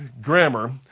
grammar